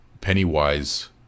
Pennywise